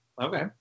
okay